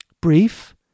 Brief